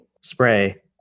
spray